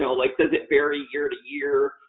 you know like does it vary year to year?